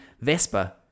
Vespa